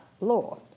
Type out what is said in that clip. law